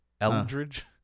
Eldridge